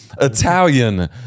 Italian